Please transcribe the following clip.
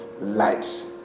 light